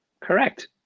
Correct